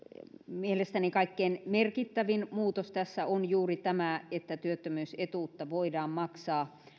mielestäni kaikkein merkittävin muutos tässä on juuri tämä että työttömyysetuutta voidaan maksaa